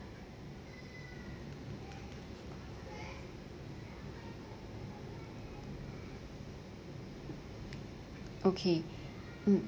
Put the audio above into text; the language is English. okay mm